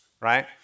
right